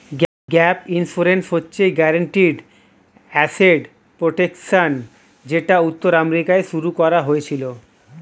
gap insurance হচ্ছে guaranteed asset protection যেটা উত্তর আমেরিকায় শুরু করা হয়েছিল